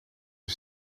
een